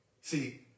See